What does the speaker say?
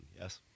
Yes